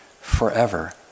forever